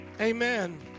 amen